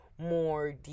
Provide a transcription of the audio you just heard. more